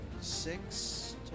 six